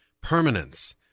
permanence